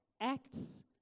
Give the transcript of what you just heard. acts